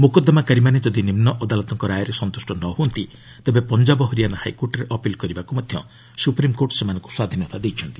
ମୋକଦ୍ଦମାକାରୀମାନେ ଯଦି ନିମ୍ନ ଅଦାଲତଙ୍କ ରାୟରେ ସନ୍ତୁଷ୍ଟ ନ ହୁଅନ୍ତି ତେବେ ପଞ୍ଜାବ ହରିଆନା ହାଇକୋର୍ଟରେ ଅପିଲ୍ କରିବାକୁ ମଧ୍ୟ ସୁପ୍ରିମ୍କୋର୍ଟ ସେମାନଙ୍କୁ ସ୍ୱାଧୀନତା ଦେଇଛନ୍ତି